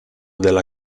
della